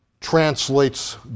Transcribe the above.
translates